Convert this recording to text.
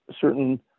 certain